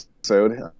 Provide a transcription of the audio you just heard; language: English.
episode